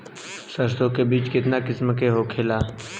सरसो के बिज कितना किस्म के होखे ला?